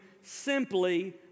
simply